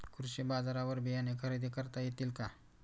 कृषी बाजारवर बियाणे खरेदी करता येतील का?